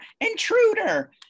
Intruder